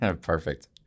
perfect